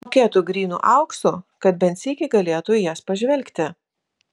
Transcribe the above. mokėtų grynu auksu kad bent sykį galėtų į jas pažvelgti